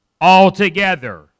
altogether